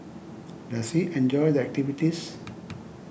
does he enjoy the activities